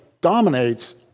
dominates